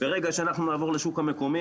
ברגע שאנחנו נעבור לשוק המקומי,